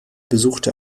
besuchte